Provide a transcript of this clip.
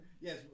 Yes